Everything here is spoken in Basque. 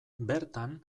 bertan